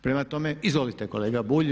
Prema tome, izvolite kolega Bulj.